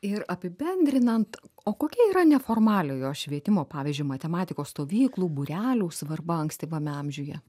ir apibendrinant o kokia yra neformaliojo švietimo pavyzdžiui matematikos stovyklų būrelių svarba ankstyvame amžiuje